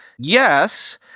yes